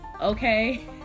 okay